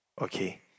Okay